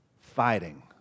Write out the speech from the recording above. fighting